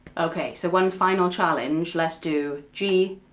okay, so one final challenge, let's do g,